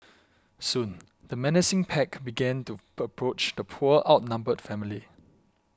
soon the menacing pack began to approach the poor outnumbered family